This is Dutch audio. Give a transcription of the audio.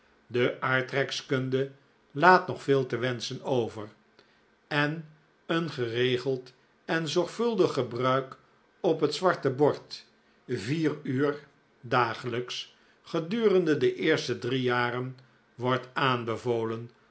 de aardrijkskunde laat nog veel te wenschen over en een geregeld en zorgvuldig gebruik op het zwarte bord vier uur dagelijks gedurende de eerste drie jaren wordt aanbevolen